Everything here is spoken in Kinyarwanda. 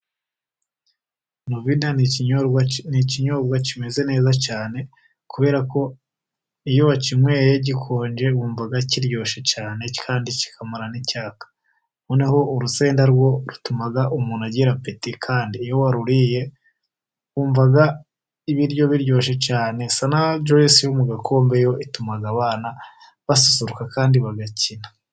Novida ni ikinyobwa kimeze neza cyane, kubera ko iyo wakinyweye gikonje wumva kiryoshye cyane, kandi kikamara n'icyaka. Noneho urusenda narwo rutuma umuntu agira apeti kandi iyo waruriye wumva ibiryo biryoshye cyane. Sanajuwisi yo mu gakombe yo ituma abana basusuruka kandi bagakina.